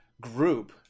group